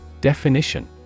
Definition